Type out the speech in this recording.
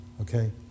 okay